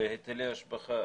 על היטלי השבחה,